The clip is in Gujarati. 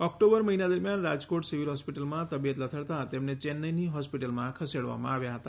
ઓક્ટોબર મહિના દરમિયાન રાજકોટ સિવિલ હોસ્પિટલમાં તબિયત લથડતાં તેમને ચેન્નઈની હોસ્પિટલમાં ખસેડવામાં આવ્યા હતા